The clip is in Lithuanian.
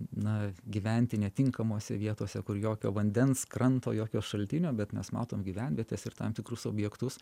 na gyventi netinkamose vietose kur jokio vandens kranto jokio šaltinio bet mes matom gyvenvietes ir tam tikrus objektus